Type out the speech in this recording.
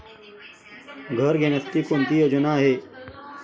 घर घेण्यासाठी कोणती योजना आहे?